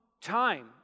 time